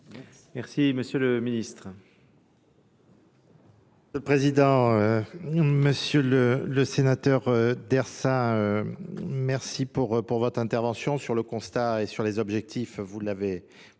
le monsieur le ministre. Monsieur le Président, Monsieur le Sénateur Dersin, merci pour votre intervention. Sur le constat et sur les objectifs, vous les avez donnés.